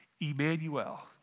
Emmanuel